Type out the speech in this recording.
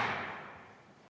Kõik